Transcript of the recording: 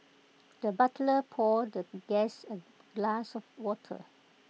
the butler poured the guest A glass of water